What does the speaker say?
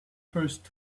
first